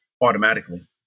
automatically